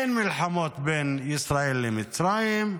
אין מלחמות בין ישראל למצרים,